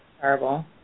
terrible